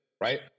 right